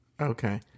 Okay